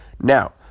Now